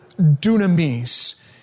dunamis